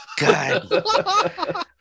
god